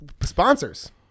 sponsors